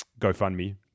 GoFundMe